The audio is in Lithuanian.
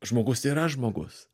žmogus yra žmogus